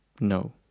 No